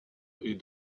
est